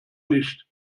nicht